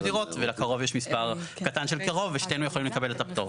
דירות ולקרוב יש מספר קטן של דירות ושנינו יכולים לקבל את הפטור.